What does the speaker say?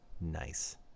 Nice